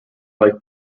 like